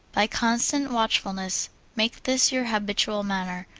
by constant watchfulness make this your habitual manner,